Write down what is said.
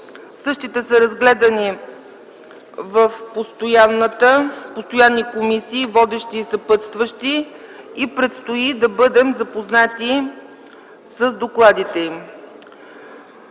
Същите са разгледани в постоянни комисии, водещи и съпътстващи, и предстои да бъдем запознати с докладите им.